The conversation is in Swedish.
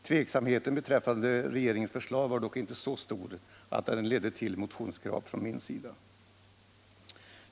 Tveksamheten beträffande regeringens förslag var dock inte så stor att den ledde till motionskrav från min sida.